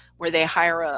where they hire ah